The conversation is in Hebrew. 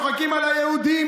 צוחקים על היהודים,